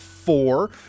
four